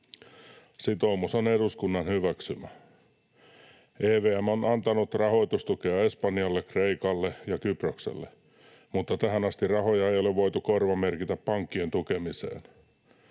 Sitoumus on eduskunnan hyväksymä. EVM on antanut rahoitustukea Espanjalle, Kreikalle ja Kyprokselle, mutta tähän asti rahoja ei ole voitu korvamerkintä pankkien tukemiseen.